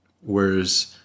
Whereas